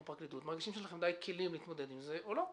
כמו פרקליטות מרגישים שיש לכם די כלים להתמודד עם זה או לא.